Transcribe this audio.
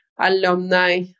alumni